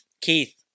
Keith